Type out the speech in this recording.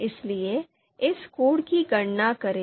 इसलिए इस कोड की गणना करें